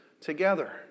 together